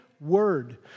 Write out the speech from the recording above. word